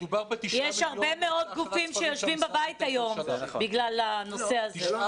יש הרבה מאוד גופים שיושבים בבית היום בגלל הנושא הזה.